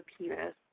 penis